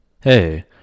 Hey